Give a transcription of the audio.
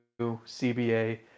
CBA